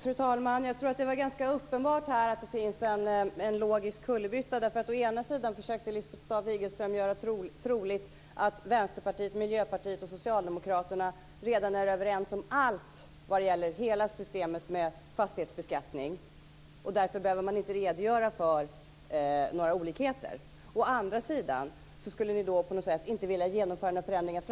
Fru talman! Det är ganska uppenbart att det görs en logisk kullerbytta. Å ena sidan försökte Lisbeth Staaf-Igelström att göra troligt att Vänsterpartiet, Miljöpartiet och Socialdemokraterna redan är överens om allt i hela systemet med fastighetsbeskattning och att man därför inte behöver redogöra för några olikheter. Å andra sidan vill ni inte genomföra några förändringar